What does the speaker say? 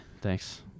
thanks